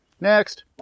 Next